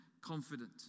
confident